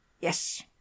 Yes